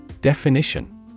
Definition